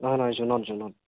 নহয় নহয় জুনত জুনত